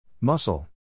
Muscle